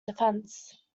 defense